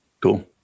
Cool